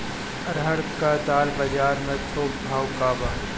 अरहर क दाल बजार में थोक भाव का बा?